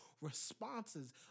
responses